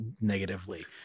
negatively